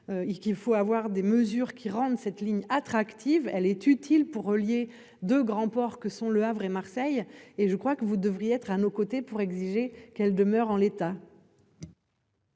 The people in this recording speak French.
faut avoir des mesures qui rendent cette ligne attractive, elle est utile pour relier de grands ports que sont Le Havre et Marseille, et je crois que vous devriez être à nos côtés pour exiger qu'elle demeure en l'état.